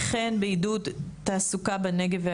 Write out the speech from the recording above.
וכן בעידוד תעסוקה בנגב.